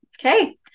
Okay